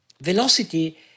Velocity